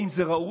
האם זה ראוי,